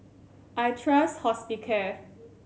I trust Hospicare